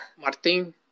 Martin